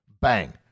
bang